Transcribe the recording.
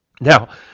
Now